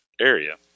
area